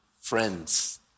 friends